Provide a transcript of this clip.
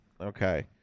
Okay